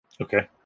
Okay